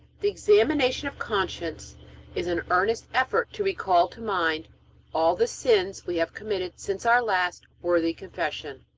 the examination of conscience is an earnest effort to recall to mind all the sins we have committed since our last worthy confession.